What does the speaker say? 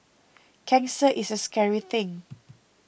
cancer is a scary thing